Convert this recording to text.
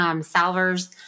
salvers